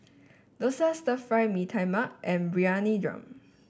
dosa Stir Fry Mee Tai Mak and Briyani Dum